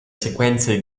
sequenze